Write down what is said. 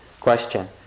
question